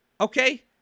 okay